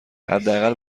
حداقل